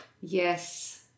Yes